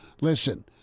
listen